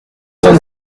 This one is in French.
cent